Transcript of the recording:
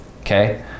Okay